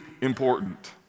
important